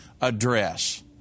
Address